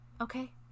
Okay